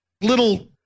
Little